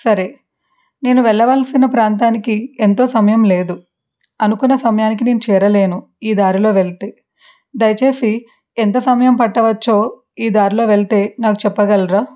సరే నేను వెళ్ళవలసిన ప్రాంతానికి ఎంతో సమయం లేదు అనుకున్న సమయానికి నేను చేరలేను ఈ దారిలో వెళ్తే దయచేసి ఎంత సమయం పట్టవచ్చో ఈ దారిలో వెళ్తే నాకు చెప్పగలరా